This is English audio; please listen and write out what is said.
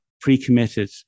pre-committed